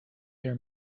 their